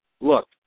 Look